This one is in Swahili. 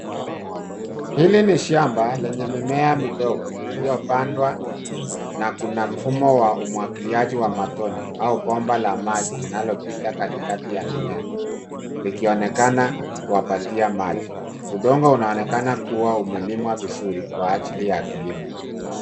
Hili ni shamba lenye mimea midogo iliyopandwa na kuna mfumo wa umwagiliaji wa matone au bomba la maji linalopita katikati ya mimea likionekana kuwapatia maji. Udongo unaonekana kuwa umelimwa vizuri kwa ajili ya kilimo.